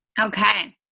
Okay